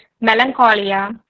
melancholia